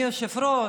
אדוני היושב-ראש,